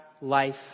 life